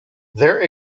there